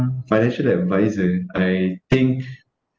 uh financial advisor I think